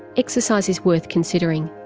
exercise is worth considering.